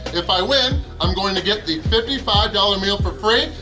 if i win, i'm going to get the fifty five dollars meal for free,